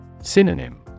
Synonym